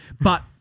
But-